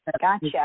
Gotcha